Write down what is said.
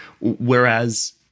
Whereas